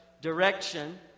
Direction